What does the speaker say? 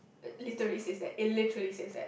literally says that it literally says that